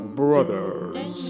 brothers